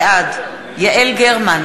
בעד יעל גרמן,